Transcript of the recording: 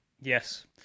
Yes